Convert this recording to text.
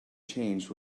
changed